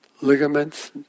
ligaments